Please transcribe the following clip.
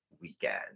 weekend